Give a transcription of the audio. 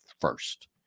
first